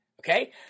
Okay